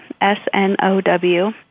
S-N-O-W